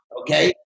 Okay